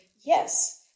yes